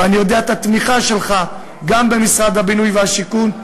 ואני יודע על התמיכה שלך גם במשרד הבינוי והשיכון,